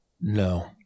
No